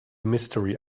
mystery